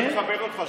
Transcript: אני מכבד אותך.